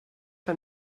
que